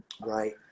right